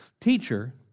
Teacher